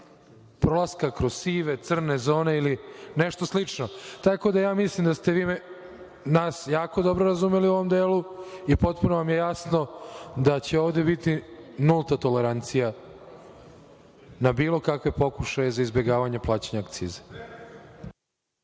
prolaska kroz sive, crne zone, ili nešto sličnoTako da, ja mislim da ste vi nas jako dobro razumeli u ovom delu i potpuno vam je jasno da će ovde biti nulta tolerancija na bilo kakve pokušaje za izbegavanje plaćanja akcize.(Zoran